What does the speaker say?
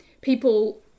people